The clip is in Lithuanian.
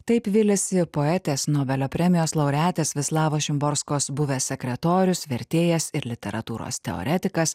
taip viliasi poetės nobelio premijos laureatės vislavos šimborskos buvęs sekretorius vertėjas ir literatūros teoretikas